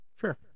Sure